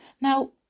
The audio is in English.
Now